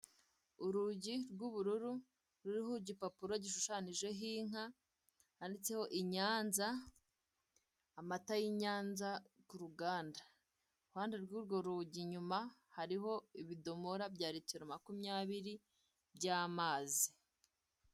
Urugi rw'ubururu ruriho igipapuro gishushanyijeho inka, handitseho Inyanza amata y'Inyaza ku ruganda, irihande rw'urwo rugi inyuma hariho ibidomora bya ritiro makumyabiri by'amazi.